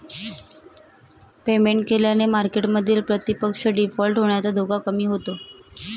payment केल्याने मार्केटमधील प्रतिपक्ष डिफॉल्ट होण्याचा धोका कमी होतो